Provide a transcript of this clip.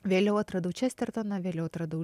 vėliau atradau čestertoną vėliau atradau